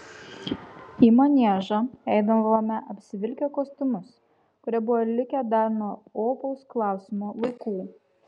į maniežą eidavome apsivilkę kostiumus kurie buvo likę dar nuo opaus klausimo laikų